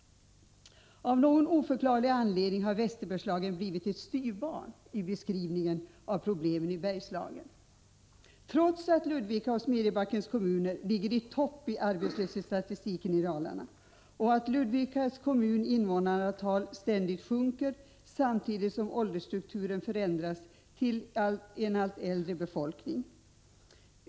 Av någon oförklarlig anledning har Västerbergslagen blivit ett styvbarn i beskrivningen av problemen i Bergslagen, trots att Ludvika och Smedjebackens kommuner ligger i topp när det gäller arbetslöshetsstatistiken i Dalarna och trots att Ludvika kommuns invånarantal ständigt sjunker, samtidigt som åldersstrukturen förändras till allt äldre befolkning.